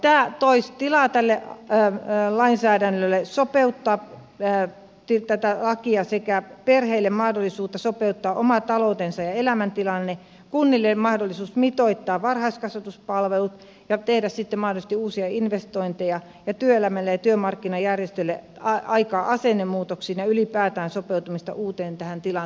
tämä toisi tälle lainsäädännölle tilaa sopeuttaa tätä lakia ja perheille mahdollisuutta sopeuttaa oma taloutensa ja elämäntilanteensa kunnille mahdollisuuden mitoittaa varhaiskasvatuspalvelut ja tehdä sitten mahdollisesti uusia investointeja sekä työelämälle ja työmarkkinajärjestöille aikaa asennemuutoksiin ja ylipäätään aikaa sopeutua tähän uuteen tilanteeseen